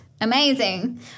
amazing